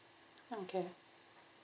okay